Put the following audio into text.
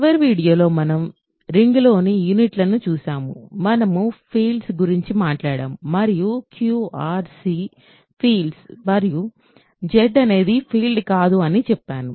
చివరి వీడియోలో మనము రింగ్లోని యూనిట్లను చూశాము మనము ఫీల్డ్స్ గురించి మాట్లాడాము మరియు Q R C ఫీల్డ్స్ మరియు Z అనేది ఫీల్డ్ కాదు అని చెప్పాను